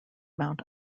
mount